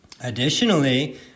Additionally